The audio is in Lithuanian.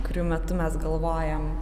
kurių metu mes galvojam